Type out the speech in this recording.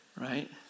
Right